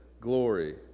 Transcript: Glory